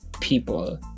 people